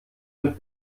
mit